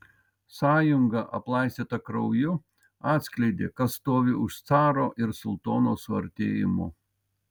sąjunga aplaistyta krauju atskleidė kas stovi už caro ir sultono suartėjimo